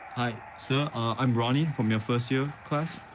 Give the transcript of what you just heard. hi, sir, i'm ronny, from your first year class.